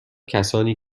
کسانی